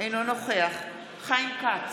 אינו נוכח חיים כץ,